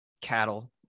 cattle